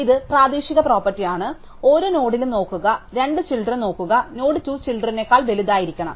അതിനാൽ ഇത് പ്രാദേശിക പ്രോപ്പർട്ടി ആണ് ഓരോ നോഡിലും നോക്കുക 2 ചിൽഡ്രൻ നോക്കുക നോഡ് 2 ചിൽഡ്രനേക്കാൾ വലുതായിരിക്കണം